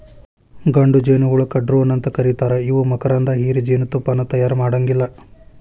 ಗಂಡು ಜೇನಹುಳಕ್ಕ ಡ್ರೋನ್ ಅಂತ ಕರೇತಾರ ಇವು ಮಕರಂದ ಹೇರಿ ಜೇನತುಪ್ಪಾನ ತಯಾರ ಮಾಡಾಂಗಿಲ್ಲ